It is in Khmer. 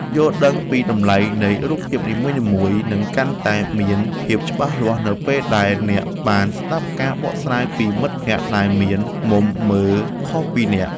យល់ដឹងពីតម្លៃនៃរូបភាពនីមួយៗនឹងកាន់តែមានភាពច្បាស់លាស់នៅពេលដែលអ្នកបានស្តាប់ការបកស្រាយពីមិត្តភក្តិដែលមានមុំមើលខុសពីអ្នក។